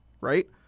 right